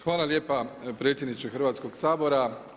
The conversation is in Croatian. Hvala lijepo predsjedniče Hrvatskog sabora.